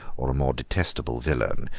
or a more detestable villain,